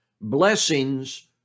Blessings